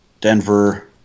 Denver